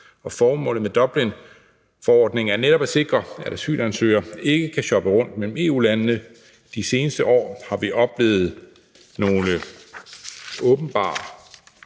og formålet med Dublinforordningen er netop at sikre, at asylansøgere ikke kan shoppe rundt mellem EU-landene. De seneste år har vi oplevet nogle åbenbare